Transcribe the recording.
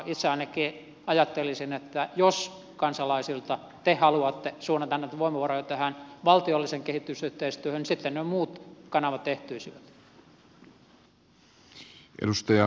itse ainakin ajattelisin että jos te kansalaisilta haluatte suunnata näitä voimavaroja valtiolliseen kehitysyhteistyöhön niin sitten nuo muut kanavat ehtyisivät